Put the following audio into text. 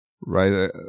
right